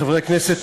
חברי כנסת,